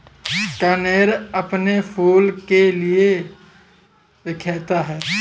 कनेर अपने फूल के लिए विख्यात है